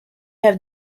have